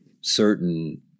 certain